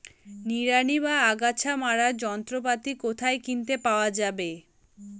নিড়ানি বা আগাছা মারার যন্ত্রপাতি কোথায় কিনতে পাওয়া যাবে?